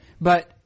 but-